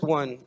one